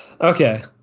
Okay